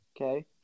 Okay